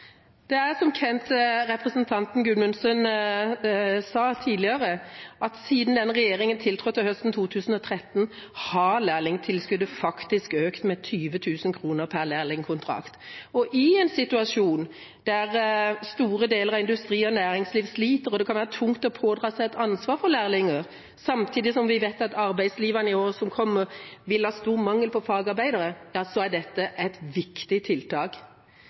Det er slik, som representanten Gudmundsen sa tidligere, at siden denne regjeringa tiltrådte høsten 2013, har lærlingtilskuddet faktisk økt med 20 000 kr per lærlingkontrakt. I en situasjon der store deler av industrien og næringslivet sliter, og det kan være tungt å påta seg et ansvar for lærlinger, samtidig som vi vet at arbeidslivet i årene som kommer vil ha stor mangel på fagarbeidere, ja så er dette et viktig tiltak.